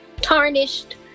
tarnished